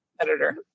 Editor